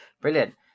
Brilliant